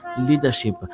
leadership